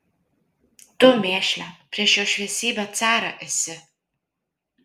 tu mėšle prieš jo šviesybę carą esi